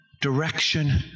direction